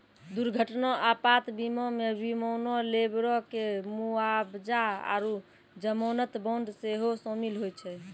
दुर्घटना आपात बीमा मे विमानो, लेबरो के मुआबजा आरु जमानत बांड सेहो शामिल होय छै